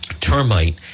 Termite